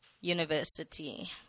university